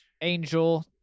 Angel